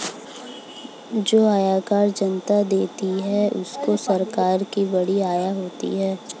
जो आयकर जनता देती है उससे सरकार को बड़ी आय होती है